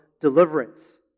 deliverance